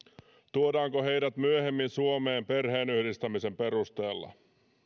tuodaanko heidät myöhemmin suomeen perheenyhdistämisen perusteella